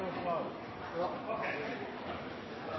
forslag